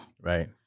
Right